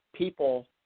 People